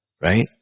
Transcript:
right